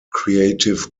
creative